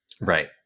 Right